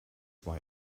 why